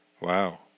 Wow